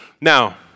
Now